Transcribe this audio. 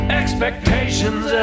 expectations